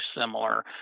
similar